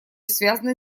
связанный